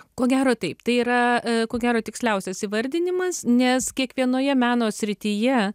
ko gero taip tai yra ko gero tiksliausias įvardinimas nes kiekvienoje meno srityje